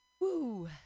Woo